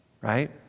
Right